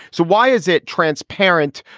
so why is it transparent,